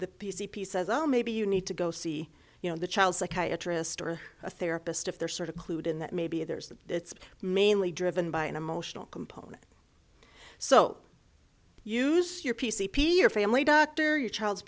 the p c p says oh maybe you need to go see you know the child psychiatrist or a therapist if they're sort of clued in that maybe there's it's mainly driven by an emotional component so use your p c p your family doctor your child's